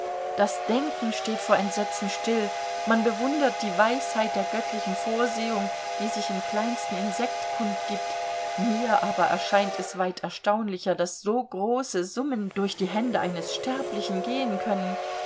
das denken steht vor entsetzen still man bewundert die weisheit der göttlichen vorsehung die sich im kleinsten insekt kundgibt mir aber erscheint es weit erstaunlicher daß so große summen durch die hände eines sterblichen gehen können